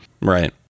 right